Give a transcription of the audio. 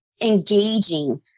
engaging